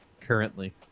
currently